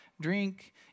Drink